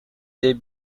they